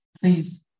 please